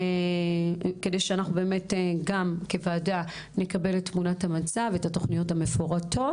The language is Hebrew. כדי שכוועדה נקבל את תמונת המצב העדכנית ואת התוכניות המפורטות.